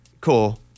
cool